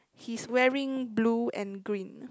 he's wearing blue and green